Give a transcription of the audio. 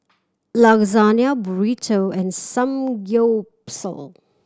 Lasagne Burrito and Samgyeopsal